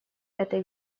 этой